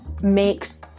makes